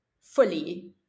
fully